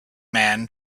man